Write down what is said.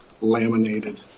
laminated